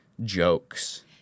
jokes